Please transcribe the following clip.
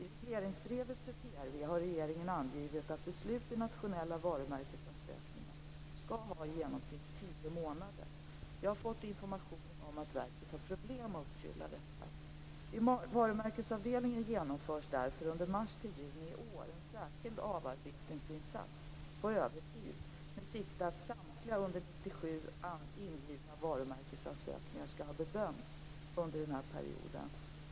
I regleringsbrevet för PRV har regeringen angivit att beslut i nationella varumärkesansökningar skall meddelas inom i genomsnitt tio månader. Jag har fått information om att verket har problem med att uppfylla detta krav. Vid varumärkesavdelningen genomförs därför under mars-juni i år en särskild avarbetningsinsats på övertid med sikte på att samtliga under 1997 ingivna varumärkesansökningar skall ha bedömts under denna period.